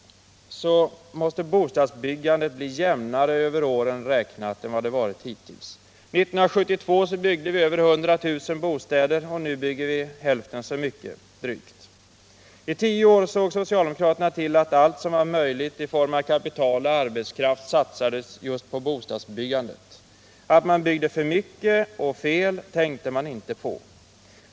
Bostadsbyggandet måste bli jämnare över åren än hittills. 1972 byggdes över 100 000 lägenheter, och nu byggs drygt hälften så mycket. I tio år såg socialdemokraterna till att allt som var möjligt i form av kapital och arbetskraft satsades just på bostadsbyggandet. Att man byggde för mycket och fel tänkte man inte på.